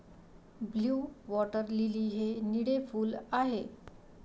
blue water lily हे निळे फूल आहे